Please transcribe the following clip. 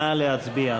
נא להצביע.